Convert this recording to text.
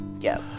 yes